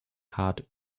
hard